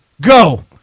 go